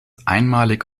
einmalig